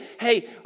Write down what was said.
hey